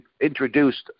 introduced